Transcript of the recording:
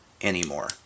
anymore